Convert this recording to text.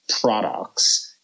products